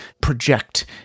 project